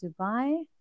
Dubai